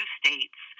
states